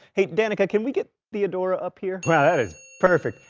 hey danica, can we get theodora up here? wow that is perfect.